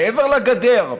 מעבר לגדר,